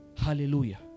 Hallelujah